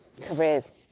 careers